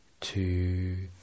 two